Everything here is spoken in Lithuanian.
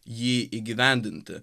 jį įgyvendinti